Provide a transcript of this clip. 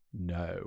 No